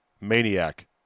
Maniac